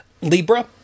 Libra